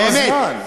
באמת,